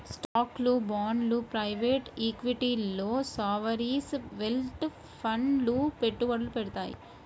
స్టాక్లు, బాండ్లు ప్రైవేట్ ఈక్విటీల్లో సావరీన్ వెల్త్ ఫండ్లు పెట్టుబడులు పెడతాయి